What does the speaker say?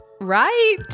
Right